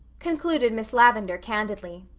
concluded miss lavendar candidly.